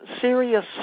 serious